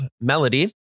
Melody